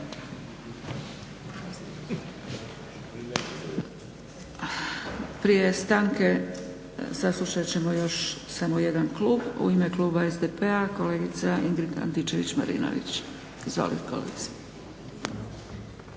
Prije stanke saslušat ćemo još samo jedan klub. U ime kluba SDP-a kolegica Ingrid Antičević-Marinović. Izvolite kolegice.